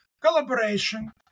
Collaboration